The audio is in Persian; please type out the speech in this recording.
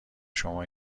شما